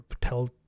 tell